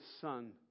son